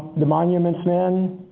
the monuments men?